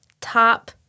top